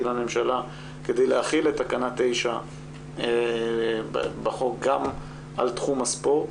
לממשלה כדי להחיל את תקנה 9 בחוק גם על תחום הספורט.